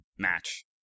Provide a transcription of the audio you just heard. Match